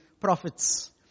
prophets